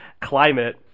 climate